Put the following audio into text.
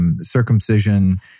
Circumcision